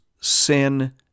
sin